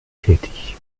tätig